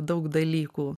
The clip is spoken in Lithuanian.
daug dalykų